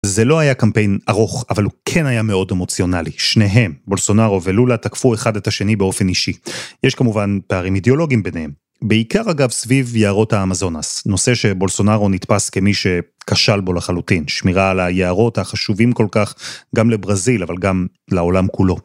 זה לא היה קמפיין ארוך, אבל הוא כן היה מאוד אמוציונלי. שניהם, בולסונרו ולולה, תקפו אחד את השני באופן אישי. יש כמובן פערים אידיאולוגיים ביניהם. בעיקר, אגב, סביב יערות האמזונס. נושא שבולסונרו נתפס כמי שכשל בו לחלוטין. שמירה על היערות החשובים כל כך, גם לברזיל, אבל גם לעולם כולו.